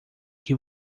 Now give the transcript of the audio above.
que